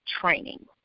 training